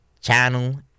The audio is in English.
channel